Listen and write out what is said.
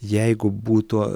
jeigu būtų